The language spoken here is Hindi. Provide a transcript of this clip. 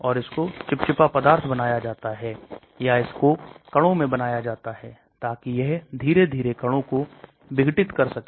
यदि आप 2 दवाई 3 दवाई ले रहे हैं तो क्या दोनों दवाएं आपस में परस्पर क्रियाएं कर रही हैं